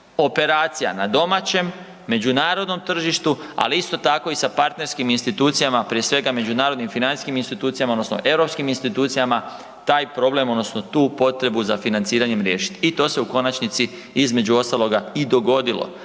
operacija na domaćem, međunarodnom tržištu, ali isto tako i sa partnerskim institucijama, prije svega međunarodnim financijskim institucijama odnosno europskim institucijama taj problem odnosno tu potrebu za financiranjem riješit i to se u konačnici između ostaloga i dogodilo.